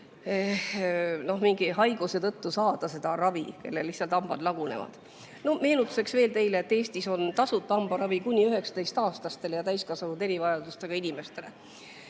mingi haiguse tõttu saada seda ravi, st kellel lihtsalt hambad lagunevad. Meenutuseks veel teile, et Eestis on tasuta hambaravi kuni 19‑aastastele ja täiskasvanud erivajadustega inimestele.